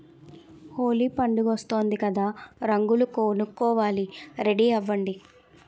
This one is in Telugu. హోలీ పండుగొస్తోంది కదా రంగులు కొనుక్కోవాలి రెడీ అవ్వండి